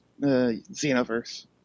Xenoverse